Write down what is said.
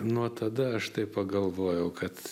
nuo tada aš taip pagalvojau kad